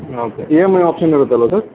okay E M I option ಇರುತ್ತಲ್ಲವ sir